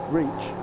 reach